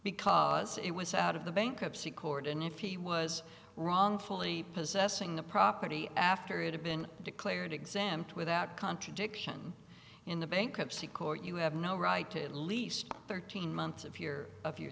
because it was out of the bankruptcy court and if he was wrongfully possessing the property after it had been declared exam without contradiction in the bankruptcy court you have no right to at least thirteen months of hear of your